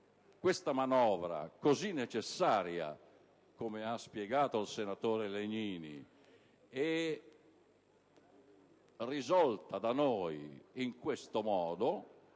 questa manovra, così necessaria, come ha spiegato il senatore Legnini, e risolta da noi in questo modo